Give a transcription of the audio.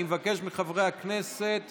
אני מבקש מחברי הכנסת